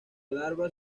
larva